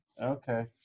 okay